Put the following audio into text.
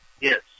Yes